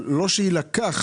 רק שלא יילקח